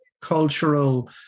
cultural